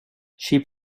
she